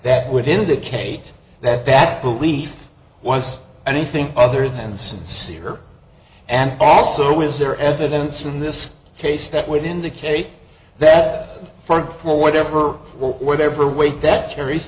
that would indicate that bad belief was anything other than sincere and also was there evidence in this case that would indicate that for whatever whatever weight that carries